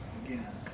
again